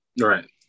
Right